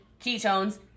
ketones